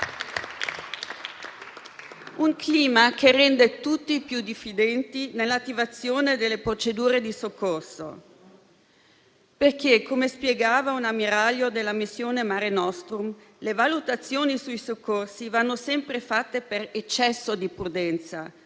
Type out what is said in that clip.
e rende tutti più diffidenti nell'attivazione delle procedure di soccorso, perché - come spiegava un ammiraglio della missione Mare nostrum - le valutazioni sui soccorsi vanno sempre fatte per eccesso di prudenza,